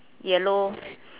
yellow